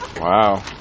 Wow